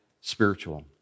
spiritual